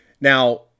Now